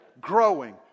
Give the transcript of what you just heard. growing